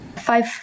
five